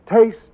Taste